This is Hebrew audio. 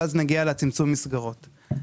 ונגיע לצמצום המסגרות.